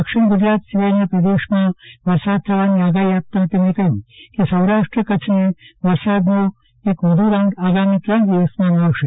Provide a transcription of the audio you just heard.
દક્ષિણ ગુજરાત સિવાયના પ્રદેશમાં વરસાદ થવાની આગાહી આપતા શ્રી સરકારે કહ્યું છે કે સૌરાષ્ટ્ર કચ્છને વરસાદનો વધુ એક રાઉન્ડ આગામી ત્રણ દિવસમાં મળશે